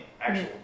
actual